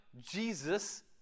Jesus